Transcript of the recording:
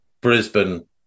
Brisbane